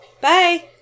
Bye